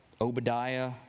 Obadiah